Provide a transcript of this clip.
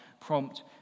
prompt